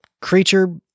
creature